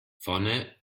vorne